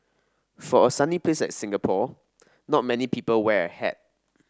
for a sunny place like Singapore not many people wear a hat